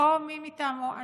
או מי מטעמו.